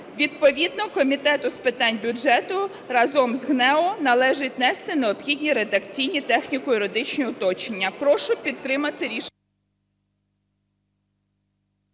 Відповідно Комітету з питань бюджету разом з ГНЕУ належить внести необхідні редакційні техніко-юридичні уточнення.